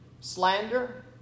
slander